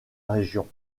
région